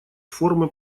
формы